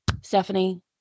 Stephanie